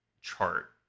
chart